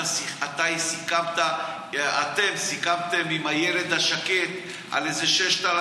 אתם סיכמתם עם הילד השקט על איזה 6,000